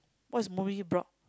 what's movie block